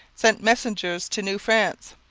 sent messengers to new france.